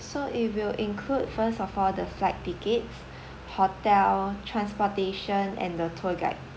so it will include first of all the flight tickets hotel transportation and the tour guide